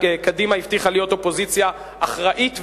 קדימה הבטיחה להיות אופוזיציה אחראית ועניינית.